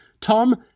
Tom